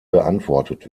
beantwortet